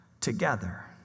together